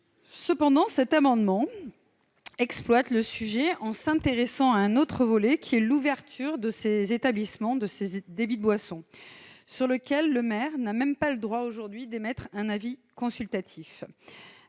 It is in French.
cependant cet amendement exploite le sujet en s'intéressant à un autre volet qui est l'ouverture de ces établissements de saisie débits de boisson, sur lequel le maire n'a même pas le droit aujourd'hui d'émettre un avis consultatif,